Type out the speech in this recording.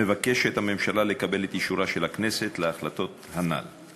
מבקשת הממשלה לקבל את אישורה של הכנסת להחלטות הנ"ל.